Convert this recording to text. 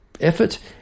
effort